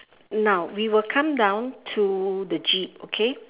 now we will come down to the jeep okay